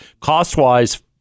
Cost-wise